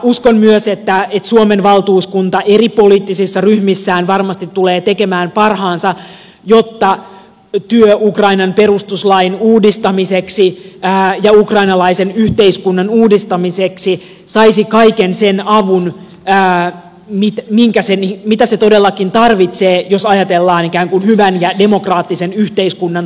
uskon myös että suomen valtuuskunta eri poliittisissa ryhmissään varmasti tulee tekemään parhaansa jotta työ ukrainan perustuslain uudistamiseksi ja ukrainalaisen yhteiskunnan uudistamiseksi saisi kaiken sen avun mitä se todellakin tarvitsee jos ajatellaan ikään kuin hyvän ja demokraattisen yhteiskunnan toimivia rakenteita